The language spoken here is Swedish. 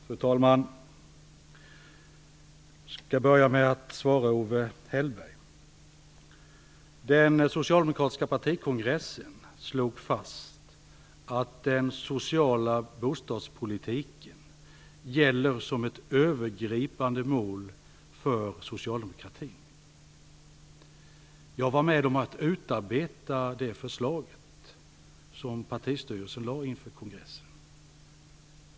Fru talman! Jag skall börja med att svara på Owe Hellbergs frågor. Den socialdemokratiska partikongressen slog fast att den sociala bostadspolitiken gäller som ett övergripande mål för socialdemokratin. Jag var med om att utarbeta det förslag som partistyrelsen lade fram inför kongressen.